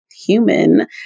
Human